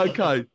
Okay